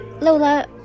Lola